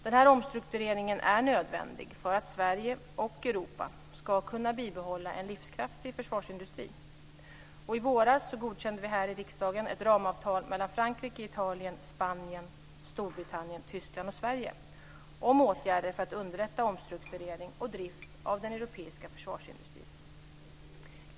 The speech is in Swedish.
Den här omstruktureringen är nödvändig för att Sverige och Europa ska kunna bibehålla en livskraftig försvarsindustri. I våras godkände vi här i riksdagen ett ramavtal mellan Frankrike, Italien, Spanien, Storbritannien, Tyskland och Sverige om åtgärder för att underlätta omstrukturering och drift av den europeiska försvarsindustrin.